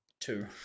Two